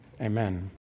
Amen